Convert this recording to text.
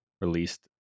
released